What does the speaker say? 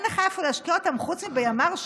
אין לך איפה להשקיע אותם חוץ מבימ"ר ש"י?